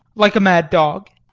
like a mad dog?